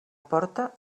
porta